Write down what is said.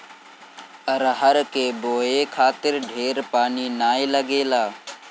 अरहर के बोए खातिर ढेर पानी नाइ लागेला